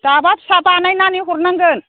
दाबा फिसा बानायनानै हरनांगोन